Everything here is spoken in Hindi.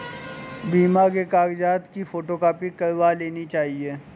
बीमा के कागजात की फोटोकॉपी करवा लेनी चाहिए